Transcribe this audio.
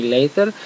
Later